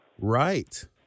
Right